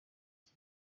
iki